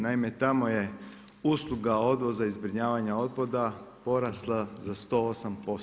Naime, tamo je usluga odvoza i zbrinjavanja otpada porasla za 108%